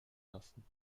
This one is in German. lassen